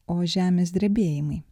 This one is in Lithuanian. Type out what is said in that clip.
o žemės drebėjimai